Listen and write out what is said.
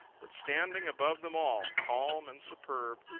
but standing above them all, calm and superb,